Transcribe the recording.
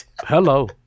hello